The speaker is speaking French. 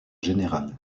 général